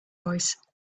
voice